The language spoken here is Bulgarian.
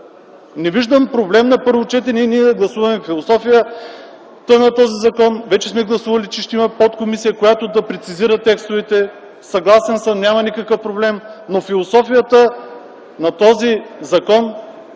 Не виждам проблем на първо четене ние да гласуваме философията на този закон. Вече сме гласували, че ще има подкомисия, която да прецизира текстовете – съгласен съм, няма никакъв проблем, но философията на този закон я